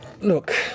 look